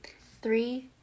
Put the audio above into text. Three